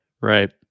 Right